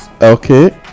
Okay